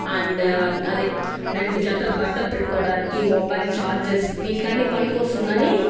and అదే రెండు జతలు బట్టలు పెట్టుకోడానికి మొబైల్ ఛార్జర్స్ దీనికి అన్ని పనికి వస్తుందని